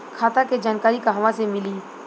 खाता के जानकारी कहवा से मिली?